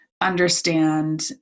understand